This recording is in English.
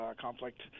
conflict